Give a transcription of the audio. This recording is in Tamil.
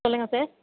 சொல்லுங்கள் சார்